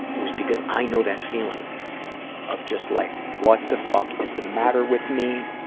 was because i know that feeling of just, like, what the fuck is the matter with me?